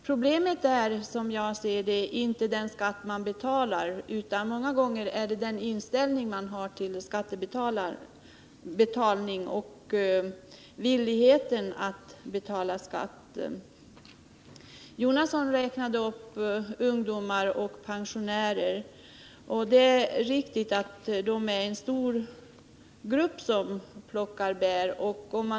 Problemet är, som jag ser det, inte den skatt man betalar utan många gånger den inställning man har till skattebetalning, villigheten att betala skatt. Herr Jonasson räknade upp ungdomar och pensionärer. Det är riktigt att de utgör en stor grupp som plockar bär.